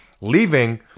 leaving